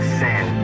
sin